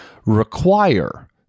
Require